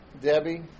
Debbie